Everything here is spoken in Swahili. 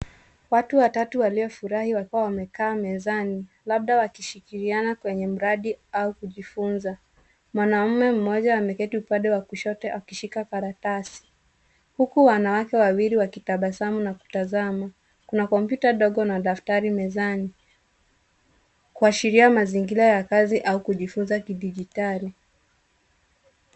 Watu watatu waliyo furahi wakiwa wamekaa mezani. Labda wakishirikiana kwenye mradi au kujifunza. Mwanamume mmoja ameketi upande wa kushoto akishika karatasi huku wanawake wawili wakitabasamu na kutazama. Kuna kompyuta dogo na daftari mezani kuashiria mazingira ya kazi au kujifunza kidijitali.